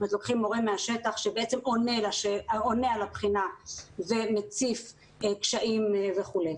לוקחים מורה מהשטח שבעצם עונה על הבחינה ומציף קשיים וכולי.